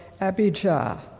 Abijah